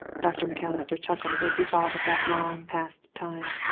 dr. macalister chuckled as he thought of that long passed time.